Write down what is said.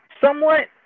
Somewhat